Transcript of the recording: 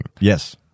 Yes